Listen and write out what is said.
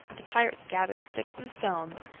the pirates gathered sticks and stones,